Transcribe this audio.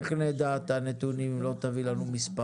ואיך נדע את הנתונים אם לא תביא לנו מספרים?